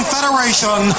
Federation